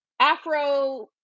Afro